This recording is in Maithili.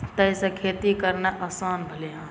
ताहिसँ खेती करनाइ आसान भेलै हेँ